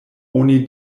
oni